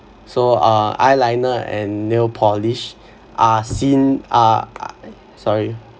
so uh eyeliner and nail polish are seen uh sorry